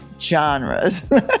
genres